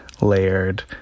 layered